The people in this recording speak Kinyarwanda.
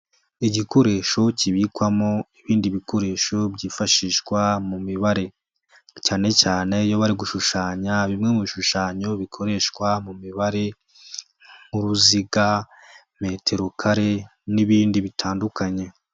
Igikoresho kibikwamo ibindi bikoresho byifashishwa mu mibare, cyane cyane iyo bari gushushanya bimwe mu bishushanyo bikoreshwa mu mibare nk'uruziga, metero kare n'ibindi bitandukanye.